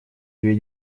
две